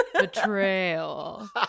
betrayal